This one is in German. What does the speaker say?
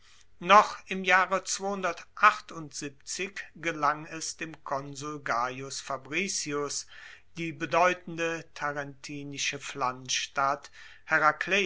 noch im jahre gelang es dem konsul gaius fabricius die bedeutende tarentinische